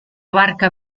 barca